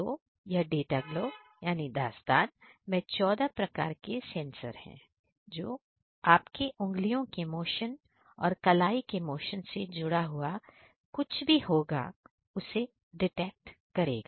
तो यह data glove दास्तान मैं 14 प्रकार के सेंसर हैं जो आपके उंगलियों के मोशन और कलाई के मोशन से जुड़ा हुआ कुछ भी होगा उसे डिटेक्ट करेगा